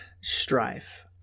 strife